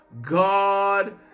God